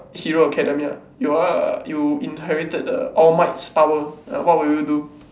hero academia you are you inherited the all mights power uh what will you do